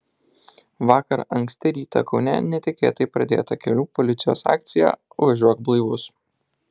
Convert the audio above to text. vakar anksti rytą kaune netikėtai pradėta kelių policijos akcija važiuok blaivus